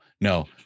no